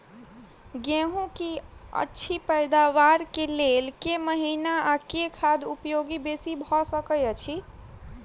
गेंहूँ की अछि पैदावार केँ लेल केँ महीना आ केँ खाद उपयोगी बेसी भऽ सकैत अछि?